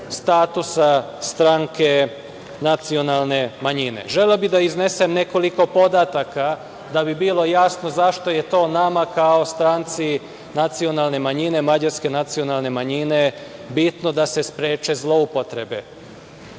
statusa stranke nacionalne manjine. Želeo bih da iznesem nekoliko podataka, da bi bilo jasno zašto je to nama kao stranci nacionalne manjine, mađarske nacionalne manjine, bitno da se spreče zloupotrebe.